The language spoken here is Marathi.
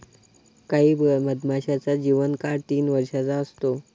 काही मधमाशांचा जीवन काळ तीन वर्षाचा असतो